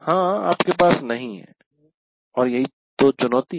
हां आपके पास नहीं है और यही चुनौती है